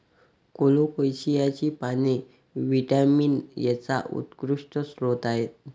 कोलोकेसियाची पाने व्हिटॅमिन एचा उत्कृष्ट स्रोत आहेत